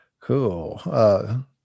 Cool